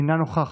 אינה נוכחת,